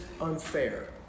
unfair